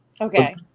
Okay